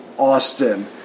austin